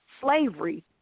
slavery